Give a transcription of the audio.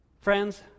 Friends